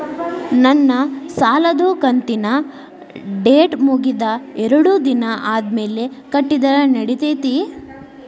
ನನ್ನ ಸಾಲದು ಕಂತಿನ ಡೇಟ್ ಮುಗಿದ ಎರಡು ದಿನ ಆದ್ಮೇಲೆ ಕಟ್ಟಿದರ ನಡಿತೈತಿ?